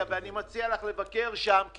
ב"פניציה" ואני מציע לך לבקר שם כי